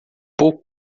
pouco